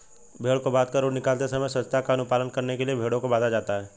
भेंड़ को बाँधकर ऊन निकालते समय स्वच्छता का अनुपालन करने के लिए भेंड़ों को बाँधा जाता है